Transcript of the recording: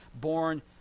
born